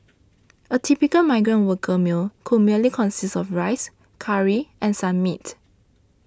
a typical migrant worker meal could merely consist of rice curry and some meat